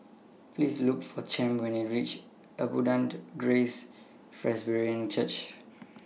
Please Look For Champ when YOU REACH Abundant Grace Presbyterian Church